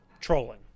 trolling